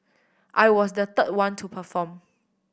I was the third one to perform